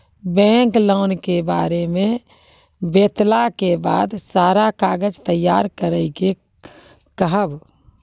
Bank loan के बारे मे बतेला के बाद सारा कागज तैयार करे के कहब?